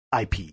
IP